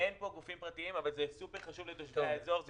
אין פה גופים פרטיים אבל זה סופר-חשוב לתושבי האזור.